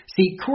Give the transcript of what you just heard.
See